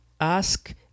ask